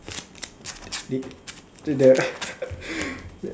the